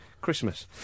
Christmas